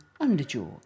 underjaw